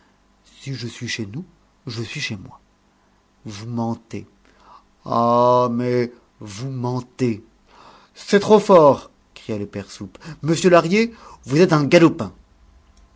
si je suis chez nous je suis chez moi vous mentez ah mais vous mentez c'est trop fort cria le père soupe monsieur lahrier vous êtes un galopin